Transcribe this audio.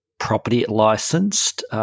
property-licensed